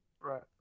Right